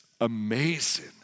amazing